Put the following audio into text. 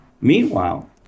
Meanwhile